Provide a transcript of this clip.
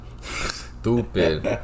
Stupid